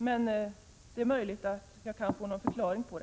Men det är kanske möjligt att få den förklarad.